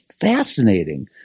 fascinating